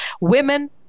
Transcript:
women